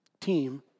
Team